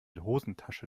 hosentasche